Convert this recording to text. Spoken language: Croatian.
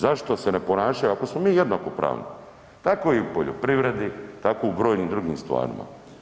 Zašto se ne ponašaju, ako smo mi jednakopravni, tako i u poljoprivredi, tako i u brojnim drugim stvarima.